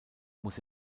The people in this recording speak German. muss